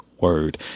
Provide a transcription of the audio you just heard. word